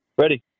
Ready